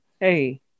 Hey